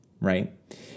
Right